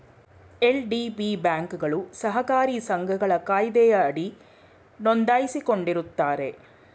LDB ಬ್ಯಾಂಕ್ಗಳು ಸಹಕಾರಿ ಸಂಘಗಳ ಕಾಯ್ದೆಯಡಿ ನೊಂದಾಯಿಸಿಕೊಂಡಿರುತ್ತಾರೆ